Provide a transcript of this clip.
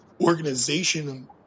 organization